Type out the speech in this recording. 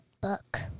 book